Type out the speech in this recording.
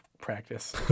practice